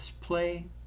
play